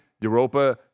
Europa